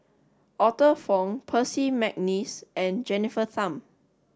Arthur Fong Percy McNeice and Jennifer Tham